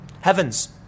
Heavens